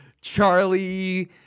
Charlie